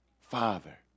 father